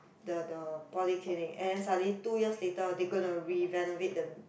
the the polyclinic and then suddenly two years later they gonna renovate the